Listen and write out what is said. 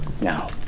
Now